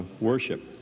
Worship